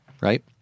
right